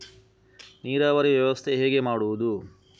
ನೀರಾವರಿ ವ್ಯವಸ್ಥೆ ಹೇಗೆ ಮಾಡುವುದು?